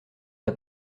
n’a